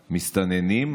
המסתננים.